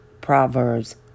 Proverbs